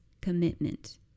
commitment